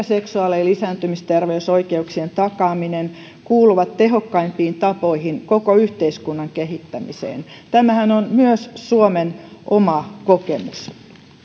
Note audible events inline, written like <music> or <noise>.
<unintelligible> seksuaali ja lisääntymisterveysoikeuksien takaaminen kuuluvat tehokkaimpiin tapoihin koko yhteiskunnan kehittämiseen tämähän on myös suomen oma kokemus